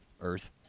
earth